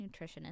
nutritionist